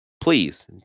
please